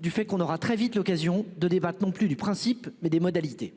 du fait qu'on aura très vite l'occasion de débats non plus du principe mais des modalités.--